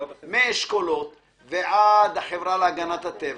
מאשכולות ועד החברה להגנת הטבע.